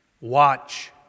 watch